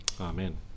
amen